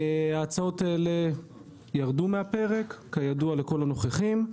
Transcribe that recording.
ההצעות האלה ירדו מהפרק, כידוע לכל הנוכחים,